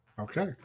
Okay